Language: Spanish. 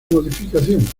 modificación